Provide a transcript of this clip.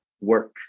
work